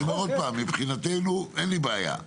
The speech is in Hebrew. מבחינתנו, אין בעיה.